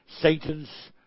Satan's